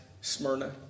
Smyrna